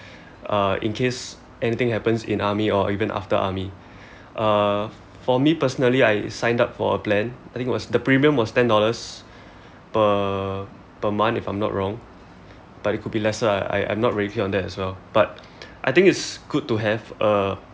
uh in case anything happens in army or even after army uh for me personally I signed up for a plan I think it was the premium was ten dollars per per month if I'm not wrong but it could be less lah I I'm not very clear on that as well but I think it's good to have a